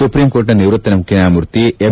ಸುಪ್ರೀಂಕೋರ್ಟ್ನ ನಿವೃತ್ತ ಮುಖ್ಯ ನ್ಯಾಯಮೂರ್ತಿ ಎಂ